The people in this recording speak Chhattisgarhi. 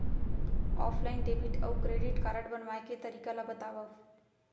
ऑफलाइन डेबिट अऊ क्रेडिट कारड बनवाए के तरीका ल बतावव?